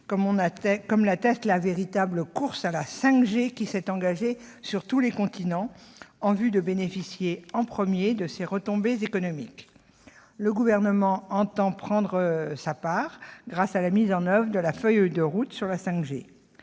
comme en atteste la véritable course à la 5G qui s'est engagée, sur tous les continents, en vue de bénéficier en premier de ses retombées économiques. Le Gouvernement entend y prendre sa part, grâce à la mise en oeuvre de sa feuille de route sur la 5G.